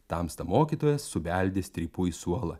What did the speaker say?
tamsta mokytojas subeldė strypu į suolą